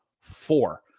four